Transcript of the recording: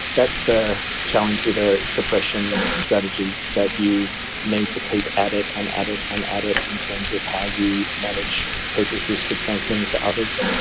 that's the challenge with a suppression strategy, that you need to keep at it and at it and at it in terms of how you manage people's risk of transmitting to others.